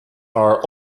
are